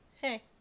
Hey